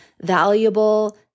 valuable